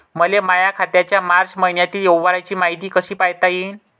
मले माया खात्याच्या मार्च मईन्यातील व्यवहाराची मायती कशी पायता येईन?